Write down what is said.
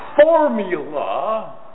formula